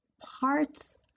parts